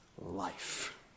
life